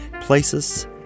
places